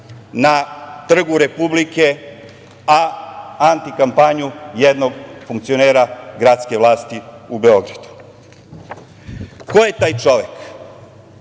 na Trgu Republike, a anti kampanju jednog funkcionera gradske vlasti u Beogradu. Ko je taj